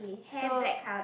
so